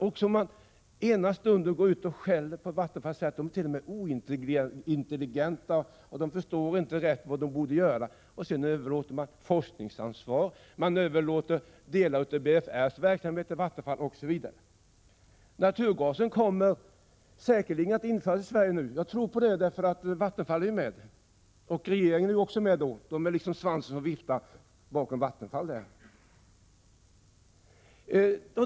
Den ena stunden går regeringen ut och skäller på Vattenfall och säger att man där är ointelligent och inte förstår vad man borde göra, och sedan överlåts forskningsansvar och delar av BFR:s verksamhet till Vattenfall osv. Naturgasen kommer säkerligen att införas i Sverige nu — Vattenfall är ju med, och regeringen står bakom och viftar på svansen.